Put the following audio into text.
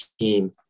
team